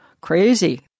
crazy